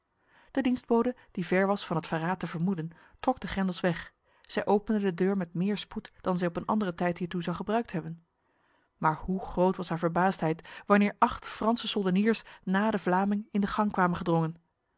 de dienstbode die ver was van het verraad te vermoeden trok de grendels weg zij opende de deur met meer spoed dan zij op een andere tijd hiertoe zou gebruikt hebben maar hoe groot was haar verbaasdheid wanneer acht franse soldeniers na de vlaming in de gang kwamen gedrongen